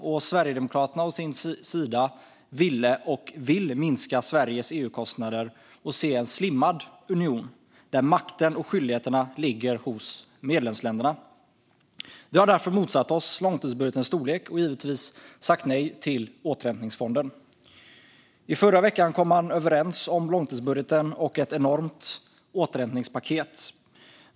Vi i Sverigedemokraterna å sin sida ville och vill minska Sveriges EU-kostnader och se en slimmad union där makten och skyldigheterna ligger hos medlemsländerna. Vi har därför motsatt oss långtidsbudgetens storlek och givetvis sagt nej till återhämtningsfonden. I förra veckan kom man överens om långtidsbudgeten och ett enormt återhämtningspaket.